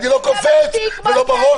אני לא קופץ ולא בראש.